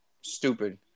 stupid